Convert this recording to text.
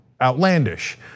outlandish